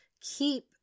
Keep